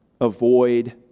avoid